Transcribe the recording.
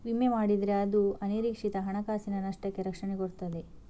ವಿಮೆ ಮಾಡಿದ್ರೆ ಅದು ಅನಿರೀಕ್ಷಿತ ಹಣಕಾಸಿನ ನಷ್ಟಕ್ಕೆ ರಕ್ಷಣೆ ಕೊಡ್ತದೆ